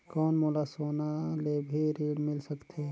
कौन मोला सोना ले भी ऋण मिल सकथे?